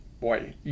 Boy